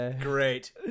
great